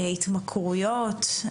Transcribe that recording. התמכרויות,